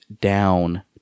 down